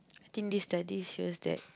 think this study shows that